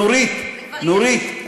זה תהליך, זה תהליך.